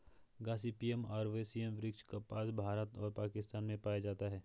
Gossypium arboreum वृक्ष कपास, भारत और पाकिस्तान में पाया जाता है